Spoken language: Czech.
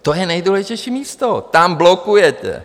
To je nejdůležitější místo, tam blokujete.